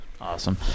Awesome